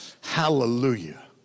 Hallelujah